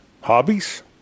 hobbies